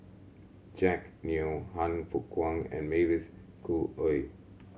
Jack Neo Han Fook Kwang and Mavis Khoo Oei